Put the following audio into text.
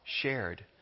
shared